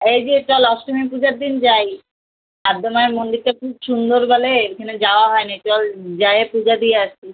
এই যে চল অষ্টমী পূজার দিন যাই আদ্যা মায়ের মন্দিরটা খুব সুন্দর বলে ওইখানে যাওয়া হয়নি চল যেয়ে পূজা দিয়ে আসি